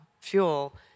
fuel